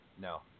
no